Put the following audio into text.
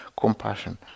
compassion